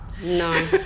no